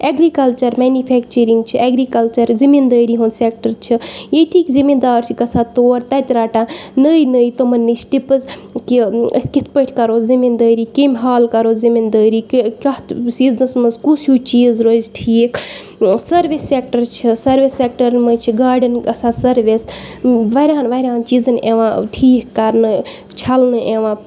agriculture manufacturing چھِ agriculture زٔمیٖن دٲری ہُند سٮ۪کٹر چھُ ییٚتِکۍ زٔمیٖن دار چھِ گژھان تور تَتہِ رَٹان نٔوۍ نٔوۍ تِمَن نِش ٹِپٕز کہِ أسۍ کِتھ پٲٹھۍ کَرو زٔمیٖن دٲری کَمہِ حالہٕ کرو زٔمیٖن دٲری کہِ کَتھ سٮیٖزنَس منٛز کُس ہیوٗ چیٖز روزِ ٹھیٖک سٔروِس سٮ۪کٹر چھِ سٔروِس سٮ۪کٹرَن منٛز چھِ گاڑٮ۪ن گژھان سٔروِس واریاہن واریاہَن چیٖزن یِوان تھیٖک کرنہٕ چھلنہٕ یِوان